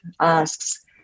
asks